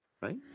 right